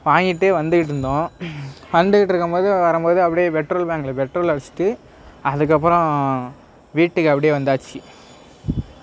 வாங்கிட்டு வந்துட்டு இருந்தோம் வந்துக்கிட்டு இருக்கும் போது வரும் போது அப்படியே பெட்ரோல் பேங்கில் பெட்ரோல் அடிச்சிட்டு அதுக்கப்புறம் வீட்டுக்கு அப்படியே வந்தாச்சு